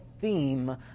theme